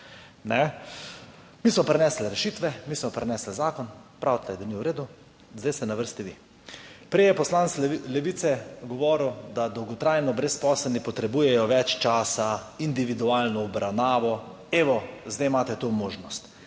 Mi smo prinesli rešitve, mi smo prinesli zakon, pravite, da ni v redu, zdaj ste na vrsti vi. Prej je poslanec Levice govoril, da dolgotrajno brezposelni potrebujejo več časa, individualno obravnavo – evo, zdaj imate to možnost.